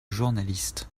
journaliste